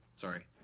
Sorry